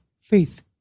faith